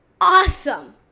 awesome